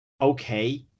okay